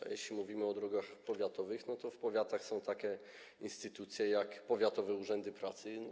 A jeśli mówimy o drogach powiatowych, to w powiatach są takie instytucje jak powiatowe urzędy pracy.